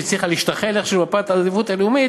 שהצליחה להשתחל איכשהו למפת העדיפות הלאומית,